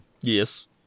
Yes